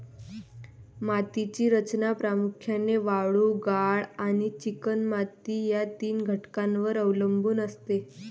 मातीची रचना प्रामुख्याने वाळू, गाळ आणि चिकणमाती या तीन घटकांवर अवलंबून असते